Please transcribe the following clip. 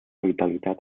vitalitat